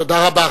תודה רבה.